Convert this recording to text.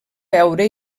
veure